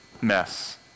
mess